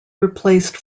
replaced